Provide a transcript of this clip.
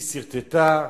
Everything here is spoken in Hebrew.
היא סרטטה,